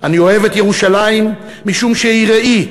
אני אוהב את ירושלים משום שהיא ראי,